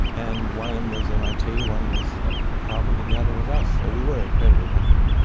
and one of them was mit, one was at harvard, and the other was us, so we were incredibly lucky.